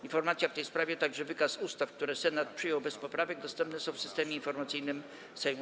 Informacja w tej sprawie, a także wykaz ustaw, które Senat przyjął bez poprawek, dostępne są w Systemie Informacyjnym Sejmu.